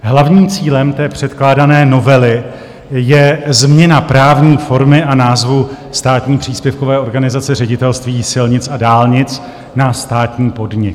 Hlavním cílem předkládané novely je změna právní formy a názvu státní příspěvkové organizace Ředitelství silnic a dálnic na státní podnik.